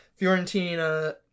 Fiorentina